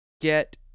get